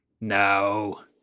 no